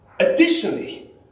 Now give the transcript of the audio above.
Additionally